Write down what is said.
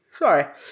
Sorry